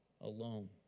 alone